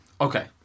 Okay